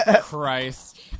Christ